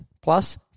plus